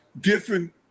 different